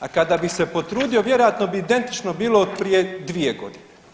A kada bi se potrudio vjerojatno bi identično bilo od prije 2 godine.